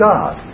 God